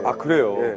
ah crew